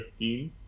15